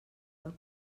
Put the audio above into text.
del